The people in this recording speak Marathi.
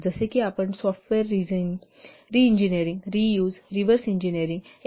जसे की आपण software reengineering reuse reverse engineering इ